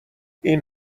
این